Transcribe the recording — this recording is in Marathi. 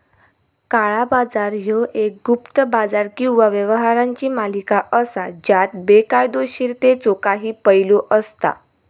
काळा बाजार ह्यो एक गुप्त बाजार किंवा व्यवहारांची मालिका असा ज्यात बेकायदोशीरतेचो काही पैलू असता